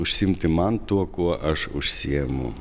užsiimti man tuo kuo aš užsiimu